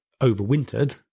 overwintered